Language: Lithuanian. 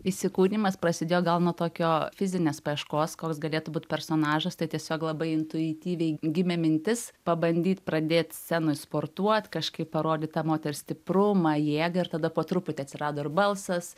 įsikūrimas prasidėjo gal nuo tokio fizinės paieškos koks galėtų būt personažas tai tiesiog labai intuityviai gimė mintis pabandyt pradėt scenoj sportuot kažkaip parodyt tą moters stiprumą jėgą ir tada po truputį atsirado ir balsas